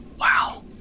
Wow